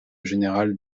général